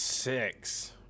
Six